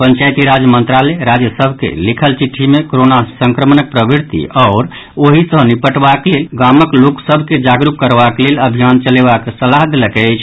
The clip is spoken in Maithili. पंचायती राज मंत्रालय राज्य सभ के लिखल चिट्ठी मे कोरोना संक्रमणक प्रकृति आओर ओहि सॅ निपटबाक लेल गामक लोक सभ के जागरूक करबाक लेल अभियान चलेबाक सलाह देलक अछि